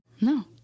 No